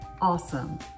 awesome